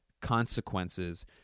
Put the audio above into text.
consequences